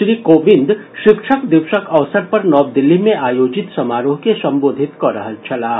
श्री कोविंद शिक्षक दिवसक अवसर पर नव दिल्ली मे आयोजित समारोह के संबोधित कऽ रहल छलाह